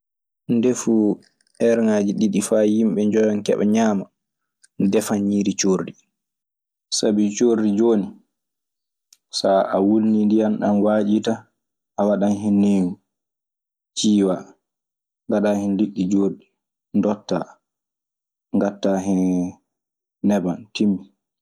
Ndefu eerŋaaji ɗiɗi faa yimɓe njoyon keɓa ñaama, mi defan ñiiri coordi. Sabi coordi jooni, so a wulnii ndiyan ɗan waañii tan. A waɗan hen neewu, ngaɗaa hɗn liɗɗi joorɗi, ndotaa, ngaɗtaa hen neban, timmi.